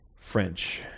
French